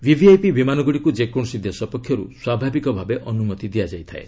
VVIP ବିମାନଗୁଡ଼ିକୁ ଯେକୌଣସି ଦେଶ ପକ୍ଷରୁ ସ୍ୱାଭାବିକ ଭାବେ ଅନୁମତି ଦିଆଯାଇଥାଏ